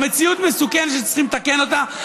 זו מציאות מסוכנת שצריכים לתקן אותה.